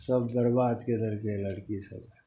सब बेरबाद कै देलकै लड़की सभकेँ